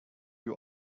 you